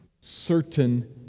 certain